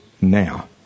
now